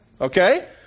Okay